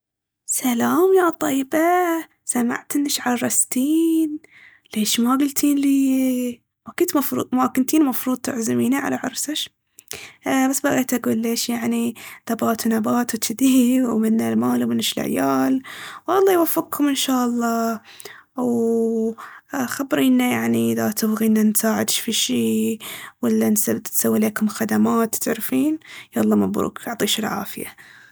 سلام يا طيبة، سمعت انش عرستين. ليش ما قلتين ليي؟ ما كنت مفروض- ما كنتين مفروض تعزميني على عرسش؟ أ- بس بغيت أقول ليش يعني ثبات ونبات وجذي ومنه المال ومنش العيال. والله يوفقكم انشالله، ووو خبرينا يعني اذا تبغينا نساعدش في شي ولا نس- نسوي ليكم خدمات تعرفين؟ يالله مبروك، يعطيش العافية.